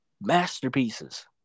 Masterpieces